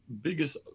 Biggest